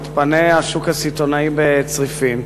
מתפנה השוק הסיטונאי בצריפין,